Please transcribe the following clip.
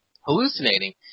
hallucinating